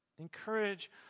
Encourage